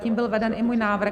Tím byl veden i můj návrh.